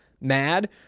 mad